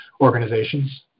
organizations